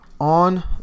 On